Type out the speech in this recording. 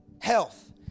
health